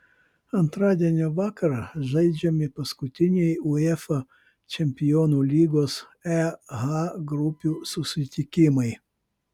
antradienio vakarą žaidžiami paskutiniai uefa čempionų lygos e h grupių susitikimai